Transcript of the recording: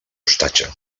ostatge